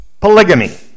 polygamy